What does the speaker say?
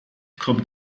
kommt